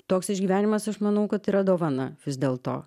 toks išgyvenimas aš manau kad yra dovana vis dėl to